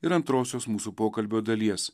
ir antrosios mūsų pokalbio dalies